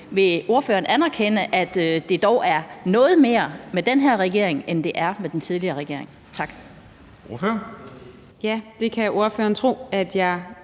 vil ordføreren anerkende, at det dog er noget mere med den her regering, end det var med den tidligere regering? Tak. Kl. 14:15 Formanden (Henrik